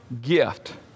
gift